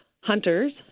hunters